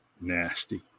nasty